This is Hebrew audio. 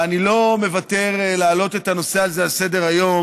ואני לא מוותר על העלאת הנושא הזה על סדר-היום,